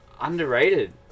underrated